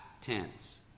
tense